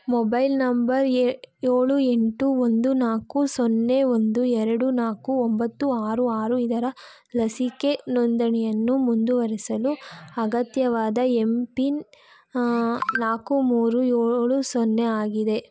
mobile number ಎ ಏಳು ಎಂಟು ಒಂದು ನಾಲ್ಕು ಸೊನ್ನೆ ಒಂದು ಎರಡು ನಾಲ್ಕು ಒಂಬತ್ತು ಆರು ಆರು ಇದರ ಲಸಿಕೆ ನೋಂದಣಿಯನ್ನು ಮುಂದುವರೆಸಲು ಅಗತ್ಯವಾದ ಎಮ್ ಪಿನ್ ನಾಲ್ಕು ಮೂರು ಏಳು ಸೊನ್ನೆ ಆಗಿದೆ